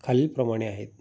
खालीलप्रमाणे आहेत